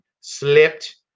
slipped